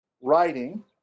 writing